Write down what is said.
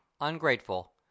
ungrateful